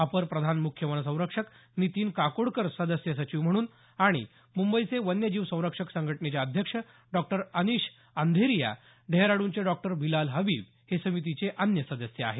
अपर प्रधान मुख्य वनसंरक्षक नितीन काकोडकर सदस्य सचिव म्हणून आणि मुंबईचे वन्य जीव संरक्षक संघटनेचे अध्यक्ष डॉक्टर अनिश अंधेरिया डेहराडूनचे डॉक्टर बिलाल हबीब हे समितीचे अन्य सदस्य आहेत